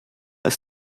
ist